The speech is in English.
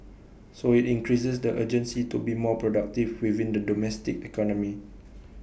so IT increases the urgency to be more productive within the domestic economy